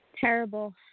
Terrible